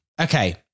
Okay